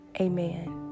Amen